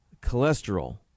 cholesterol